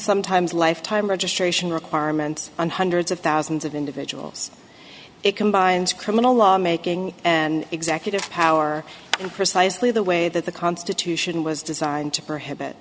sometimes lifetime registration requirements on hundreds of thousands of individuals it combines criminal law making and executive power and precisely the way that the constitution was designed to prohibit